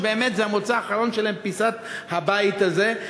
שבאמת המוצא האחרון שלהן זה פיסת הבית הזה,